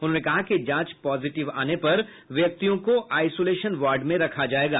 उन्होंने कहा कि जांच पॉजिटिव आने पर व्यक्तियों को आईसोलेशन वार्ड में रखा जायेगा